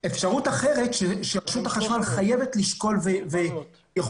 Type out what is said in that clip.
אפשרות אחרת שרשות החשמל חייבת לשקול ויכולה